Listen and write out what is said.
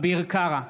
אביר קארה,